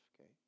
okay